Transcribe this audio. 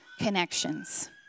connections